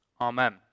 Amen